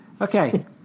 Okay